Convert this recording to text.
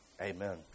Amen